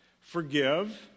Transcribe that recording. Forgive